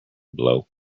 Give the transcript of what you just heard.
blow